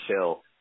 Chill